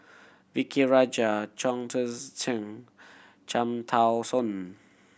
V K Rajah Chong Tze Chien Cham Tao Soon